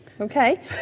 Okay